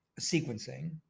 sequencing